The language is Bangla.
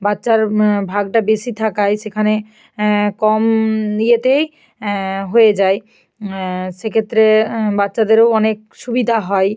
বাচ্চার ভাগটা বেশি থাকায় সেখানে কম ইয়েতেই হয়ে যায় সেক্ষেত্রে বাচ্চাদেরও অনেক সুবিধা হয়